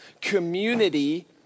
community